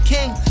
King